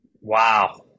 Wow